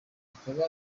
ukaba